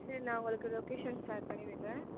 சரி நான் உங்களுக்கு லொக்கேஷன் ஷேர் பண்ணி விடுகிறேன்